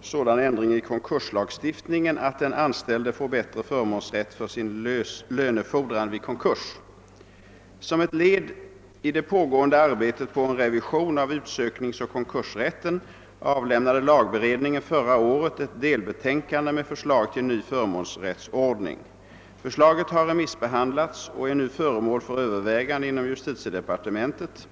sådan ändring i konkurslagstiftningen att den anställde får bättre förmånsrätt för sin lönefordran vid konkurs. Som ett led i det pågående arbetet på en revision av utsökningsoch konkursrätten avlämnade lagberedningen förra året ett delbetänkande med förslag till ny förmånsrättsordning. Förslaget har remissbehandlats och är nu föremål för övervägande inom justitiedepartementet.